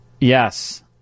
Yes